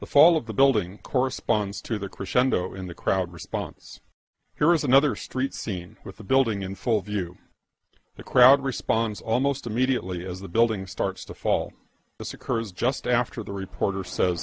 the fall of the building corresponds to the crescendo in the crowd response here is another street scene with the building in full view the crowd responds almost immediately as the building starts to fall this occurs just after the reporter s